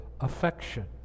affection